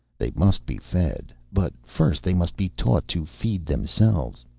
they must be fed, but first they must be taught to feed themselves.